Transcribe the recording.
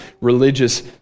religious